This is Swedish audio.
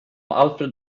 alfred